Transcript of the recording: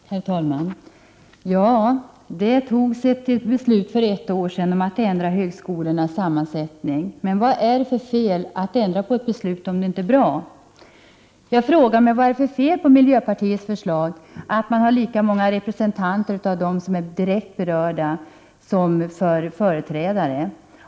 Herr talman! Ja, det togs ett beslut för ett år sedan om att ändra högskolornas sammansättning. Men vad är det för fel att ändra på ett beslut om det inte är bra? Jag frågar mig: Vad är det för fel på miljöpartiets förslag att ha lika många representanter för de kategorier som är direkt berörda som allmänföreträdare?